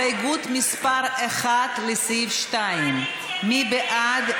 של חברי הכנסת מיכל רוזין, תמר זנדברג,